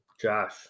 Josh